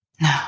No